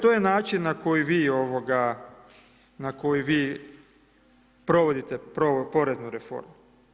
To je način na koji vi provodite poreznu reformu.